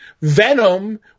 Venom